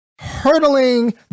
hurtling